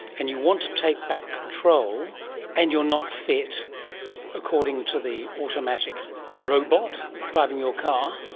and you want to take back control and you are not fit according to the automatic robot driving your car,